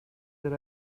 that